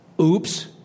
oops